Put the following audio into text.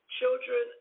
children